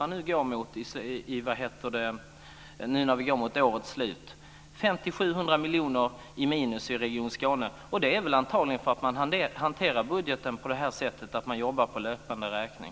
Man går alltså mot ett minus på 500-700 miljoner i Region Skåne, antagligen för att man hanterar budgeten så och jobbar på löpande räkning.